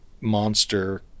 monster